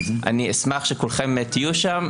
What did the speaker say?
אני אשמח שכולכם תהיו שם.